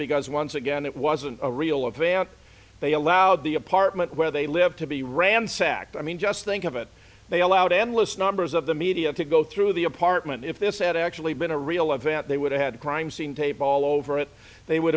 because once again it wasn't a real of van they allowed the apartment where they lived to be ransacked i mean just think of it they allowed endless numbers of the media to go through the apartment if this had actually been a real event they would have had a crime scene tape all over it they would